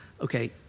Okay